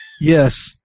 Yes